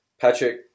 Patrick